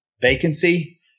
vacancy